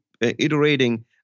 iterating